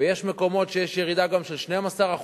ויש מקומות שיש ירידה גם של 12%,